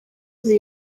the